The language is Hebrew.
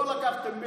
לא לקחתם 100,